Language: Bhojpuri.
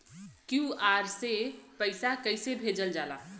क्यू.आर से पैसा कैसे भेजल जाला?